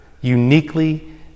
uniquely